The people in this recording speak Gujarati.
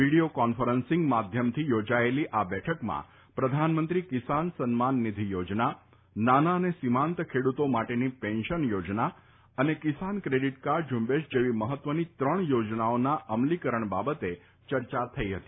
વિડિયોકોન્ફરન્સીંગ માધ્યમથી યોજાયેલી આ બેઠકમાં પ્રધાનમંત્રી કિસાન સન્માન નિધિ યોજના નાના અને સીમાંત ખેડૂતો માટેની પેન્શન યોજના અને કિસાન ક્રેડિટ કાર્ડ ઝુંબેશ જેવી મહત્વની ત્રણ યોજનાઓના અમલીકરણ બાબતે ચર્ચા થઇ હતી